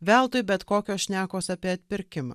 veltui bet kokios šnekos apie atpirkimą